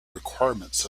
requirements